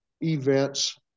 events